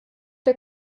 der